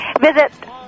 visit